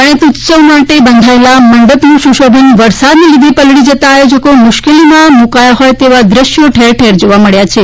ગણેશ ઉત્સવ માટે બંધાયાલા મંડપનું સુશોભન વરસાદને લીધે પલળી જતા આયોજકો મુશ્કેલીમાં મુકાયા હોય તેવા દેશ્યો ઠેરઠેર જોવા મળ્યા છે